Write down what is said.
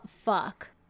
fuck